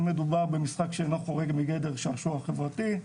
אם מדובר במשחק שאינו חורג מגדר שעשוע חברתי,